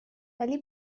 ولی